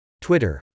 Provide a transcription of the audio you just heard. Twitter